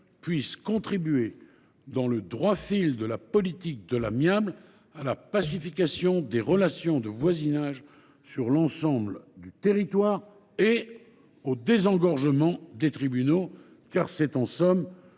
puisse contribuer, dans le droit fil de la politique de l’amiable, à la pacification des relations de voisinage sur l’ensemble du territoire et au désengorgement des tribunaux. C’est en somme